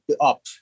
up